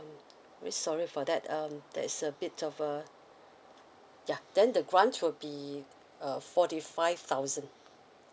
I really sorry for that um there's a bit of uh ya then the grant will be uh forty five thousand